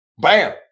Bam